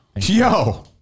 Yo